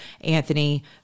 Anthony